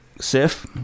SIF